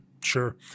sure